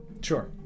Sure